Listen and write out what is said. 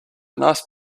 nice